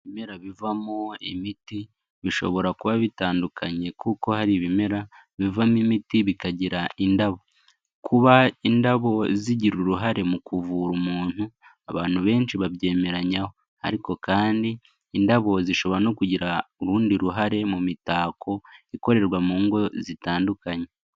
Ibimera bivamo imiti bishobora kuba bitandukanye kuko hari ibimera bivamo imiti bikagira indabo, kuba indabo zigira uruhare mu kuvura umuntu abantu benshi babyemeranyaho ariko kandi indabo zishobora no kugira urundi ruhare mu mitako ikorerwa mu ngo zitandukanye.